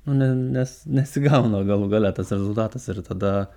nu ne nes nesigauna galų gale tas rezultatas ir tada